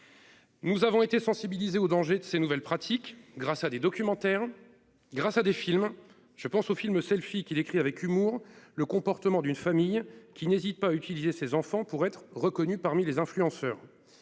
Nous avons été sensibilisés aux dangers de ces nouvelles pratiques grâce à des documentaires. Grâce à des films je pense aux films selfie qui décrit avec humour le comportement d'une famille qui n'hésite pas à utiliser ses enfants pour être reconnu parmi les influenceurs.